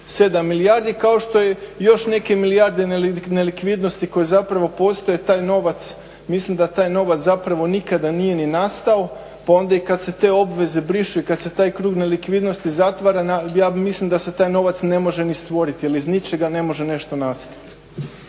7 milijardi kao što je još neke milijarde nelikvidnosti koje zapravo postoje. Mislim da taj novac zapravo nikada nije ni nastao pa onda i kad se te obveze brišu i kad se taj krug nelikvidnosti zatvara ja mislim da se taj novac ne može ni stvorit jer iz ničega ne može nešto nastat.